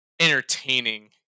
entertaining